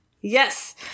Yes